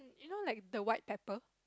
you know like the white pepper